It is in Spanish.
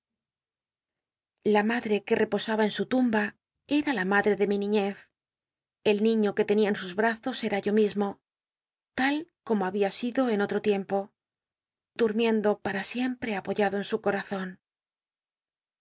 la madre que reposaba en su tumba era la ma biblioteca nacional de españa da yid cüppehfield ch'c de mi niií cr el nielo que tenia en sus bc azos ct'il yo mismo tal como había sido en otro tiempo durmiendo pata siempre apoyado en su corazon